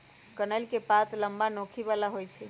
कनइल के पात लम्मा, नोखी बला होइ छइ